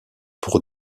pour